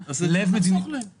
תחסוך להם את זה.